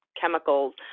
chemicals